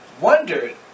wondered